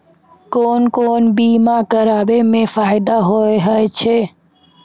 कोन कोन बीमा कराबै मे फायदा होय होय छै?